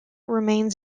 remains